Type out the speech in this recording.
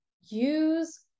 use